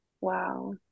wow